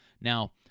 Now